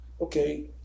okay